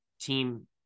team